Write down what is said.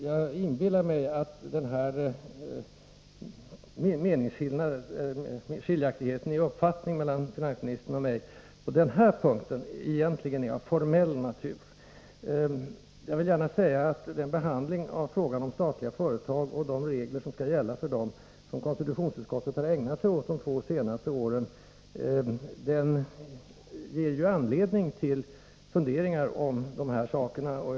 Jag inbillar mig emellertid att skiljaktigheten i uppfattning mellan finansministern och mig på den här punkten egentligen är av formell natur. Jag vill gärna säga att den behandling av frågan om statliga företag och de regler som skall gälla för dem, vilken konstitutionsutskottet har ägnat sig åt de två senaste åren, ger anledning till funderingar om de här förhållandena.